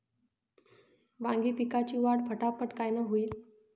वांगी पिकाची वाढ फटाफट कायनं होईल?